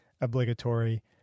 obligatory